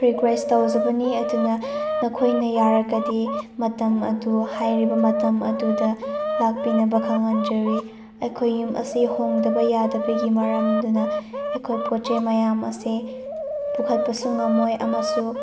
request ꯇꯧꯖꯕꯅꯤ ꯑꯗꯨꯅ ꯅꯈꯣꯏꯅ ꯌꯥꯔꯒꯗꯤ ꯃꯇꯝ ꯑꯗꯨ ꯍꯥꯏꯔꯤꯕ ꯃꯇꯝ ꯑꯗꯨꯗ ꯂꯥꯛꯄꯤꯅꯕ ꯈꯪꯍꯟꯖꯔꯤ ꯑꯩꯈꯣꯏ ꯌꯨꯝ ꯑꯁꯤ ꯍꯣꯡꯗꯕ ꯌꯥꯗꯕꯒꯤ ꯃꯔꯝꯗꯨꯅ ꯑꯩꯈꯣꯏ ꯄꯣꯠ ꯆꯩ ꯃꯌꯥꯝ ꯑꯁꯦ ꯄꯨꯈꯠꯄꯁꯨ ꯉꯝꯃꯣꯏ ꯑꯃꯁꯨꯡ